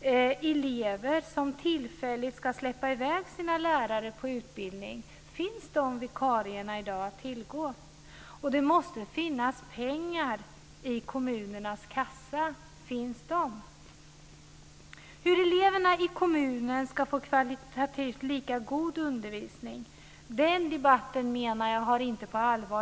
elever som tillfälligt ska släppa i väg sina lärare på utbildning. Finns de vikarierna att tillgå i dag? Det måste finnas pengar i kommunernas kassa. Finns de pengarna? Hur eleverna i kommunen ska få en kvalitativt lika god undervisning är en debatt som, menar jag, inte har förts på allvar.